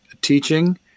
teaching